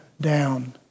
down